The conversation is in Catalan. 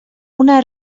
una